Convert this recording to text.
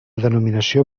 denominació